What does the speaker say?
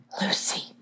Lucy